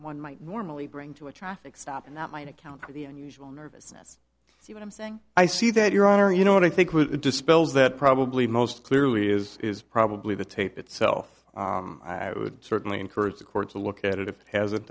one might normally bring to a traffic stop and that might account for the unusual nervousness so what i'm saying i see that your honor you know what i think with the dispels that probably most clearly is is probably the tape itself i would certainly encourage the court to look at it if it has